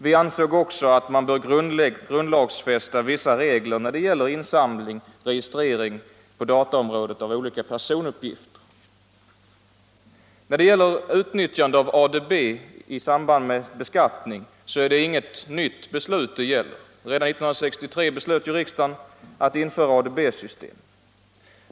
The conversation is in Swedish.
Vi ansåg också att man bör grundlagfästa vissa regler när det gäller insamling och registrering på dataområdet av olika personuppgifter. Utnyttjande av ADB i samband med beskattning hänför sig inte till något nytt beslut. Redan 1963 beslöt riksdagen att införa ADB-system.